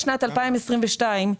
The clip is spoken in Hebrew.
בשנת 2022,